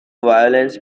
violence